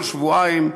כל שבועיים,